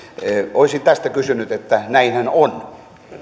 olisin tästä kysynyt näinhän on